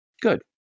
Good